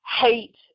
hate